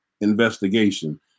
investigation